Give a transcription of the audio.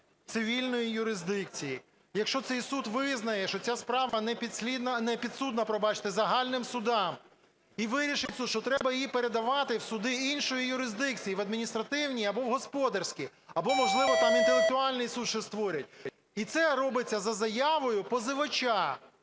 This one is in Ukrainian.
цивільної юрисдикції якщо цей суд визнає, що ця справа не підслідна, непідсудна, вибачте, загальним судам, і вирішить, що треба її передавати в суди іншої юрисдикції, в адміністративні або господарські, або, можливо, інтелектуальний ще суд створять, в це робиться за заявою позивача,